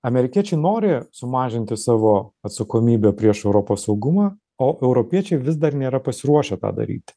amerikiečiai nori sumažinti savo atsakomybę prieš europos saugumą o europiečiai vis dar nėra pasiruošę tą daryti